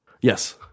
Yes